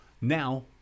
now